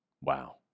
Wow